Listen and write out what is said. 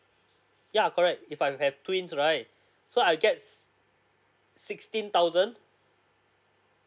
yeah correct if I have twin right so I get sixteen thousand